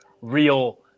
real